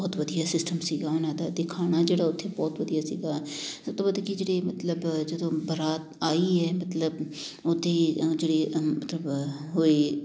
ਬਹੁਤ ਵਧੀਆ ਸਿਸਟਮ ਸੀਗਾ ਉਹਨਾਂ ਦਾ ਅਤੇ ਖਾਣਾ ਜਿਹੜਾ ਉੱਥੇ ਬਹੁਤ ਵਧੀਆ ਸੀਗਾ ਸਭ ਤੋਂ ਵੱਧ ਕਿ ਜਿਹੜੇ ਮਤਲਬ ਜਦੋਂ ਬਰਾਤ ਆਈ ਹੈ ਮਤਲਬ ਉੱਥੇ ਜਿਹੜੇ ਮਤਲਬ ਹੋਏ